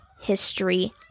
history